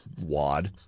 wad